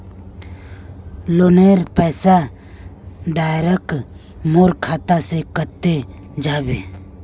लोनेर पैसा डायरक मोर खाता से कते जाबे?